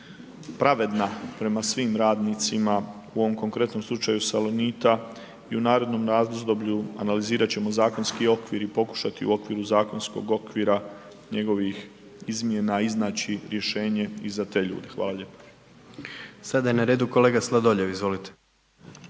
pravedna prema svim radnicima, u ovom konkretnom slučaju Salonita i u narednom razdoblju analizirat ćemo zakonski okvir i pokušati u okviru zakonskog okvira njegovih izmjena iznaći rješenje i za te ljude. Hvala lijepo. **Jandroković, Gordan (HDZ)** Sada je na redu kolega Sladoljev, izvolite.